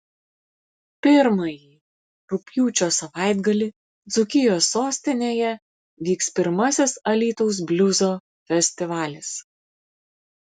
pirmąjį rugpjūčio savaitgalį dzūkijos sostinėje vyks pirmasis alytaus bliuzo festivalis